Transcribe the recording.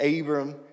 Abram